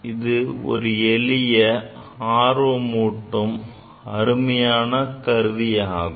இது ஒரு எளிய ஆர்வமூட்டும் அருமையான கருவியாகும்